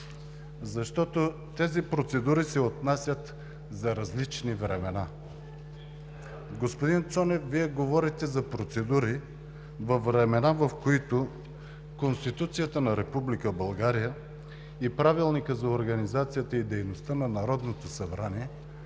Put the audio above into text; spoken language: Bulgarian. защото тези процедури се отнасят за различни времена. Господин Цонев, Вие говорите за процедури във времена, в които Конституцията на Република България и Правилника за организацията и дейността на Народното събрание